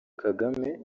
kagame